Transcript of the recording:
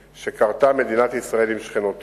תשובת שר התחבורה והבטיחות בדרכים ישראל כץ: (לא נקראה,